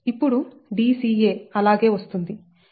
ఇప్పుడు Dca అలాగే వస్తుంది D